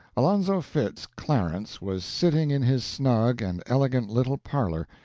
alonzo fitz clarence was sitting in his snug and elegant little parlor,